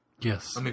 Yes